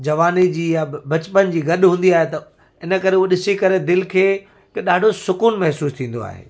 जवानी जी या बचपन जी गॾु हूंदी आहे त इन करे उहा ॾिसी करे दिलि खे त ॾाढो सुकून महिसूसु थींदो आहे